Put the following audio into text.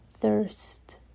thirst